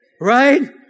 Right